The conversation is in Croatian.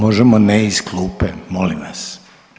Možemo ne iz klupe molim vas.